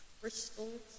crystals